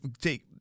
take